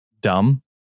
dumb